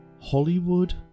Hollywood